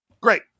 Great